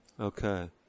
Okay